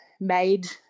made